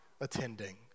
attending